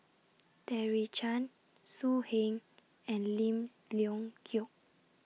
Terry Tan So Heng and Lim Leong Geok